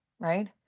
right